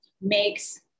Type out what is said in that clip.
makes